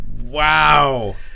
Wow